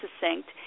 succinct